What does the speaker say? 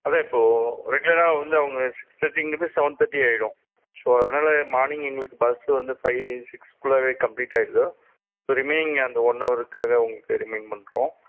அதுதான் இப்போது ரெகுலராக வந்து அவங்க சிக்ஸ் தேர்டிங்கிறதை செவன் தேர்டி ஆகிடும் ஸோ அதனால மார்னிங் எங்களுக்கு பஸ்ஸு வந்து ஃபைவ் சிக்ஸ் குள்ளேவே கம்ப்ளீட் ஆகிடுது ஸோ ரிமைனிங் அந்த ஒன் ஹவருக்காக உங்களுக்கு ரிமைன் பண்ணுறோம்